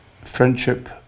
friendship